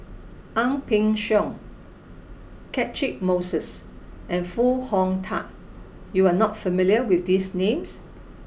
Ang Peng Siong Catchick Moses and Foo Hong Tatt you are not familiar with these names